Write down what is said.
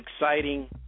exciting